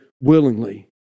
willingly